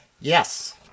Yes